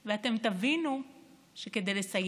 הישראלי מהתרדמת שהיינו שרויים